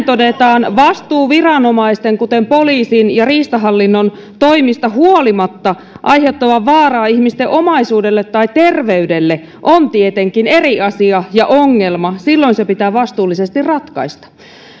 todetaan vastuuviranomaisten kuten poliisin ja riistahallinnon toimista huolimatta aiheuttavan vaaraa ihmisten omaisuudelle tai terveydelle niin se on tietenkin eri asia ja ongelma silloin se pitää vastuullisesti ratkaista ministeri